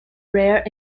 rare